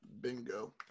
Bingo